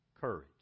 courage